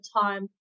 time